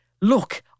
look